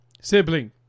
Sibling